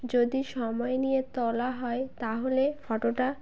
যদি সময় নিয়ে তোলা হয় তাহলে ফটোটা